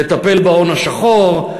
לטפל בהון השחור,